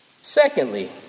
Secondly